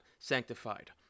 Sanctified